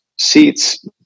seats